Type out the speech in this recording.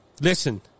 Listen